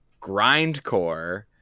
grindcore